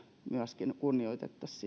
myöskin kunnioitettaisiin